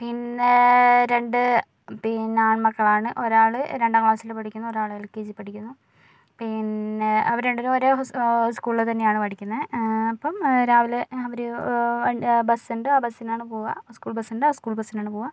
പിന്നെ രണ്ട് പിന്നെ ആണ്മക്കളാണ് ഒരാള് രണ്ടാം ക്ലാസ്സില് പഠിക്കുന്നു ഒരാള് എല്കെജി പഠിക്കുന്നു പിന്നെ അവരു രണ്ടുപേരും ഒരേ ഉസൂ സ്കൂളില് തന്നെയാണ് പഠിക്കുന്നെ അപ്പം രാവിലെ അവര് ബസ്സുണ്ട് ആ ബസ്സിനാണ് പോവാ സ്കൂള് ബസ്സുണ്ട് സ്കൂള് ബസ്സിനാണ് പോവാ